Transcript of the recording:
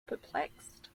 perplexed